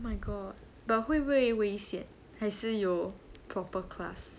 my god but 会不会危险还是有 proper class